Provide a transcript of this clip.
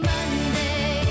Monday